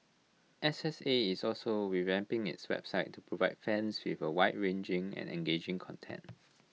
S S A is also revamping its website to provide fans with wide ranging and engaging content